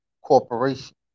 corporation